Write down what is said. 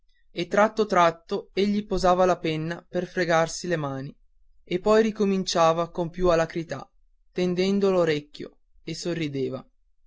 e tratto tratto egli smetteva la penna per fregarsi le mani e poi ricominciava con più alacrità tendendo l'orecchio e sorrideva